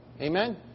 Amen